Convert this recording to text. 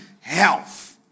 health